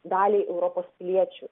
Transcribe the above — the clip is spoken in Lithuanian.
daliai europos piliečių